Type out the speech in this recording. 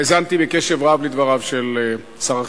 האזנתי בקשב רב לדבריו של שר החינוך.